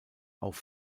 auf